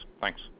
Thanks